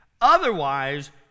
Otherwise